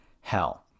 hell